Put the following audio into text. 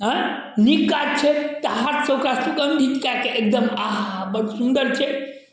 अयँ नीक काज छै तऽ हाथ से ओकरा सुगंधित कै कऽ एकदम आहा आहा बड़ सुन्दर छै